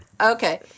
Okay